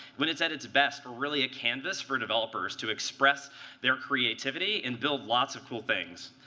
when it's at its best, really a canvas for developers to express their creativity and build lots of cool things.